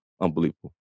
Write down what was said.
unbelievable